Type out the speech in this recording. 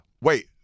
Wait